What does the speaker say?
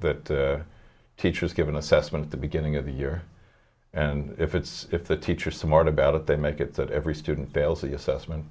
that the teachers give an assessment at the beginning of the year and if it's if the teacher smart about it they make it that every student fails the assessment